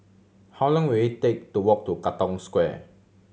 how long will it take to walk to Katong Square